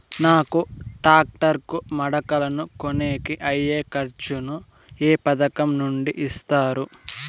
నాకు టాక్టర్ కు మడకలను కొనేకి అయ్యే ఖర్చు ను ఏ పథకం నుండి ఇస్తారు?